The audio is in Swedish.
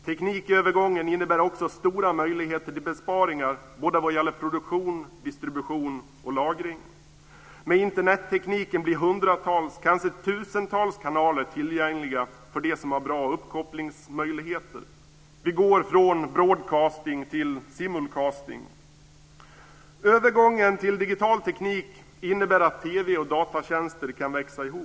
Teknikövergången innebär också stora möjligheter till besparingar vad gäller produktion, distribution och lagring. Med Internettekniken blir hundratals, kanske tusentals, kanaler tillgängliga för dem som har bra uppkopplingsmöjligheter. Vi går från broadcasting till simulcasting. Övergången till digital teknik innebär att TV och datatjänster kan växa ihop.